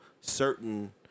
certain